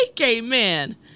amen